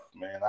man